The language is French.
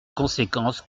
conséquences